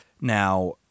Now